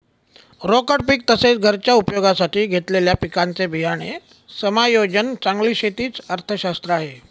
रोकड पीक तसेच, घरच्या उपयोगासाठी घेतलेल्या पिकांचे बियाणे समायोजन चांगली शेती च अर्थशास्त्र आहे